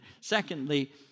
secondly